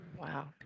Wow